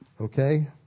okay